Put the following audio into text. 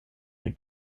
der